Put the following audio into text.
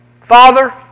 Father